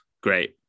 great